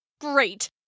Great